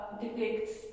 depicts